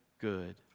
good